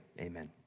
Amen